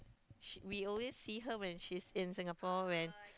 she we always see her when she was in Singapore when